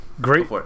Great